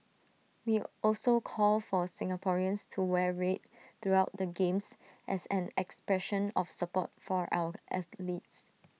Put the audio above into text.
we also call for Singaporeans to wear red throughout the games as an expression of support for our athletes